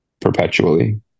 Perpetually